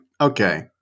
okay